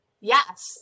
yes